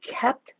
kept